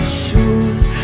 shoes